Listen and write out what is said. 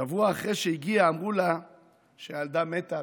שבוע אחרי שהגיעה אמרו לה שהילדה מתה,